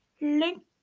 link